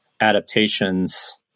adaptations